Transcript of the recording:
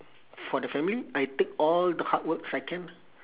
for the family I take all the hard works I can